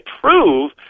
prove